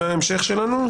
מה ההמשך שלנו?